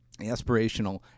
Aspirational